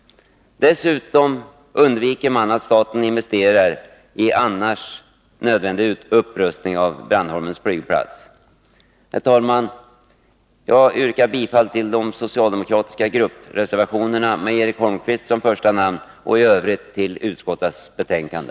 Dessutom undviker man att staten investerar i annars nödvändig upprustning av Brandholmens flygplats. Herr talman! Jag yrkar bifall till de socialdemokratiska gruppreservationerna med Eric Holmqvist som första namn och i övrigt till utskottets betänkande.